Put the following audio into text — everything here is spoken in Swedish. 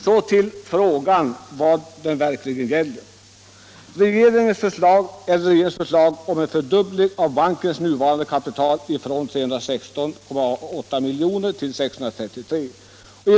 Så till vad frågan verkligen gäller, nämligen — regeringens förslag om en fördubbling av bankens nuvarande aktiekapital från 316,8 milj.kr. till 633,6 milj.kr.